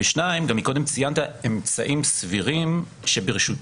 דבר שני, קודם ציינת "אמצעים סבירים שברשותו",